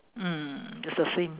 mm it's the same